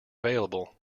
available